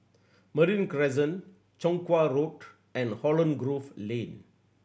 Marine Crescent Chong Kuo Road and Holland Grove Lane